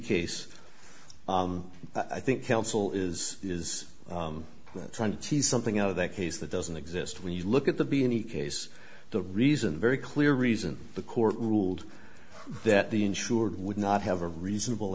case i think counsel is is trying to tease something out of a case that doesn't exist when you look at the be any case the reason very clear reason the court ruled that the insured would not have a reasonable